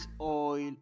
oil